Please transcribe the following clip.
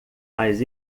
mas